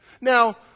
Now